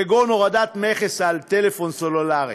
כגון הורדת מכס על טלפון סלולרי.